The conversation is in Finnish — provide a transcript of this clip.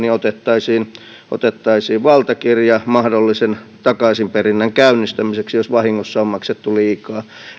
otettaisiin otettaisiin valtakirja mahdollisen takaisinperinnän käynnistämiseksi jos vahingossa on maksettu liikaa